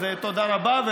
אז תודה רבה.